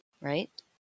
right